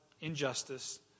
injustice